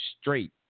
straight